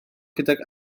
gydag